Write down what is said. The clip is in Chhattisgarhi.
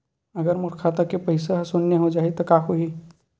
अगर मोर खाता के पईसा ह शून्य हो जाही त का होही?